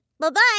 Bye-bye